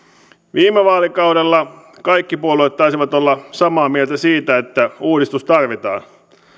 viime vaalikaudella kaikki puolueet taisivat olla samaa mieltä siitä että uudistus tarvitaan